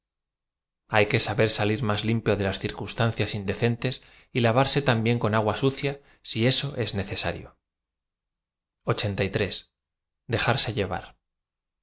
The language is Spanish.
y que saber salir más lim pio de las circunstan olas indecentes y lavarse también con agua sucia si eso es necesario qs dejarse llevar